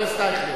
חבר הכנסת אייכלר.